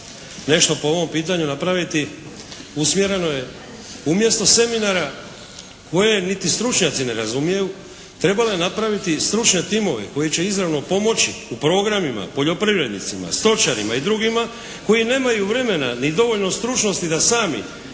nešto po ovom pitanju napraviti usmjereno je umjesto seminara koje niti stručnjaci ne razumiju trebala je napraviti stručne timove. Koji će izravno pomoći u programima poljoprivrednicima, stočarima i drugima koji nemaju vremena ni dovoljno stručnosti da sami